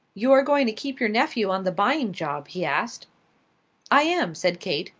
you are going to keep your nephew on the buying job? he asked i am, said kate.